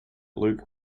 luke